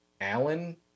Allen